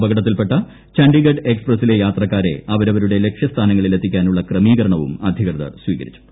അപകടത്തിൽപ്പെട്ട ചണ്ഡിഗഡ് എക്സ്ട്രപ്രസിലെ യാത്രക്കാരെ അവരവരുടെ ലക്ഷ്യസ്ഥാനങ്ങളിൽ എത്തിക്കാനുളള ക്രമീകരണവും അധികൃതർ സ്വീകരിച്ചു